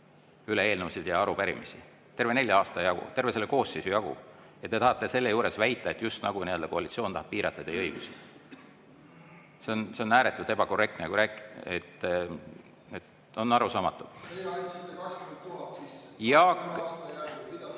jagu eelnõusid ja arupärimisi. Terve nelja aasta jagu! Terve selle koosseisu jagu! Ja te tahate selle juures väita, justnagu koalitsioon tahab piirata teie õigusi. See on ääretult ebakorrektne, see on arusaamatu.